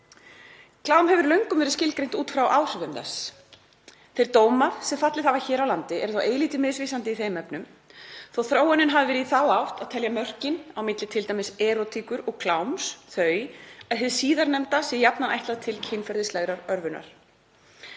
Klám hefur löngum verið skilgreint út frá áhrifum þess. Þeir dómar sem fallið hafa hér á landi eru þó eilítið misvísandi í þeim efnum þó að þróunin hafi verið í þá átt að telja að mörkin á milli t.d. erótíkur og kláms þau að hið síðarnefnda sé jafnan ætlað til kynferðislegrar örvunar.